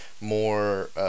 more